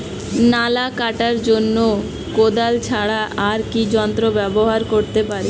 নালা কাটার জন্য কোদাল ছাড়া আর কি যন্ত্র ব্যবহার করতে পারি?